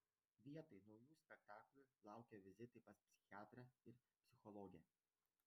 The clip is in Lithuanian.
vietoj naujų spektaklių laukė vizitai pas psichiatrą ir psichologę